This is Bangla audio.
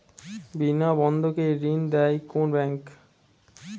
বিনা বন্ধকে ঋণ দেয় কোন ব্যাংক?